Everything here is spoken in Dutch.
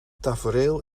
tafereel